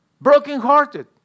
brokenhearted